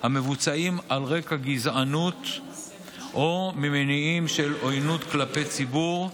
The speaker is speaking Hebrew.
המבוצעים על רקע גזענות או ממניעים של עוינות כלפי ציבור,